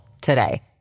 today